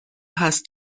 هست